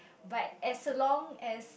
but as long as